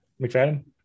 mcfadden